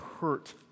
hurt